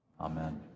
Amen